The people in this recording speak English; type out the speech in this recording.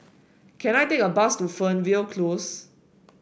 can I take a bus to Fernvale Close